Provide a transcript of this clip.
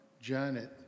Janet